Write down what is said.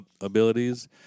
abilities